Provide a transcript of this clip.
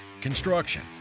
construction